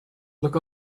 look